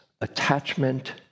attachment